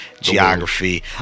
geography